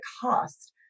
cost